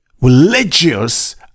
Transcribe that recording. religious